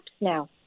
now